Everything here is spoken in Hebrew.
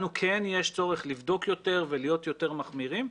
לנו כן יש צורך לבדוק יותר ולהיות יותר מחמירים.